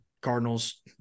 Cardinals